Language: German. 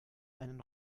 einen